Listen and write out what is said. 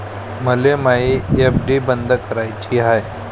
मले मायी एफ.डी बंद कराची हाय